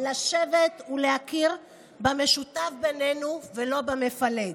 לשבת ולהכיר במשותף בינינו ולא במפלג.